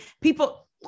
People